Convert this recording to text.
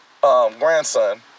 grandson